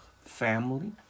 family